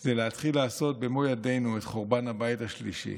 זה להתחיל לעשות במו ידינו את חורבן הבית השלישי.